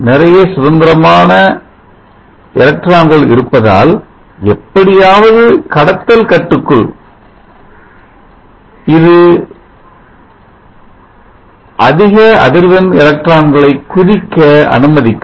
நிறைய சுதந்திரமான எலக்ட்ரான்கள் இருப்பதால் எப்படியாவது கடத்தல் கட்டுக்குள் இது அதிகஅதிர்வெண் எலக்ட்ரான்களை குதிக்க அனுமதிக்கும்